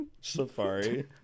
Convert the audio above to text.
Safari